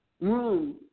Room